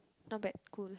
not bad cool